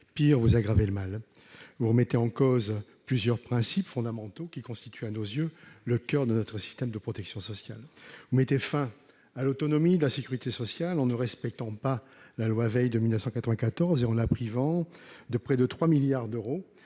Pis, vous aggravez le mal ! Vous remettez en cause plusieurs principes fondamentaux qui constituent, à nos yeux, le coeur de notre système de protection sociale. Vous mettez fin à l'autonomie de la sécurité sociale en ne respectant pas la loi Veil de 1994 et en la privant de près de 3 milliards d'euros